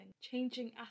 changing